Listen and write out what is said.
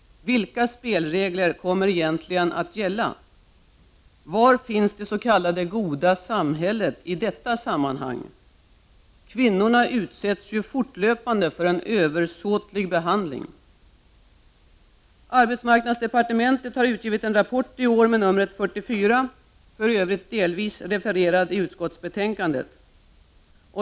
Vilka spelregler kommer egentligen att gälla? Var finns det s.k. goda samhället i detta sammanhang? Kvinnorna utsätts ju fortlöpande för en översåtlig behandling. Arbetsmarknadsdepartementet har i år utgivit en rapport med nr 44; den är för övrigt delvis refererad i utskottsbetänkandet.